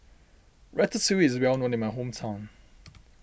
Ratatouille is well known in my hometown